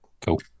cool